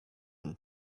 and